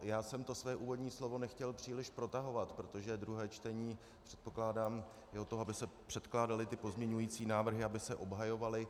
Já jsem to své úvodní slovo nechtěl příliš protahovat, protože druhé čtení, předpokládám, je od toho, aby se předkládaly pozměňující návrhy, aby se obhajovaly.